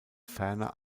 ferner